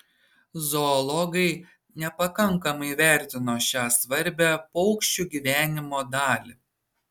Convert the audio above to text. zoologai nepakankamai įvertino šią svarbią paukščių gyvenimo dalį